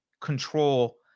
control